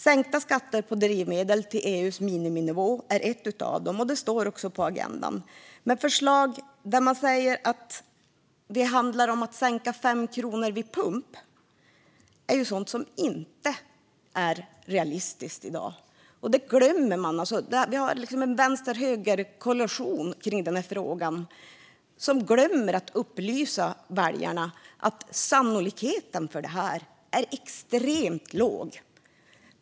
Sänkta skatter på drivmedel till EU:s miniminivå är ett av dem och står på agendan. Men förslaget om att sänka med 5 kronor vid pumpen är inte realistiskt i dag. Det glömmer man. Det finns en vänster-och-höger-koalition i den frågan som glömmer att upplysa väljarna om att sannolikheten för att få igenom det är extremt låg.